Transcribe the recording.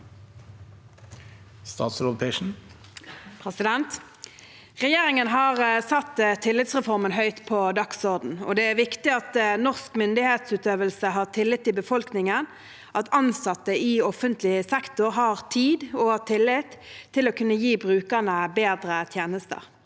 Regjerin- gen har satt tillitsreformen høyt på dagsordenen. Det er viktig at norsk myndighetsutøvelse har tillit i befolkningen – at ansatte i offentlig sektor har tid og tillit til å kunne gi brukerne bedre tjenester.